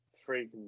three